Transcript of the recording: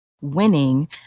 winning